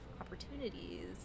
opportunities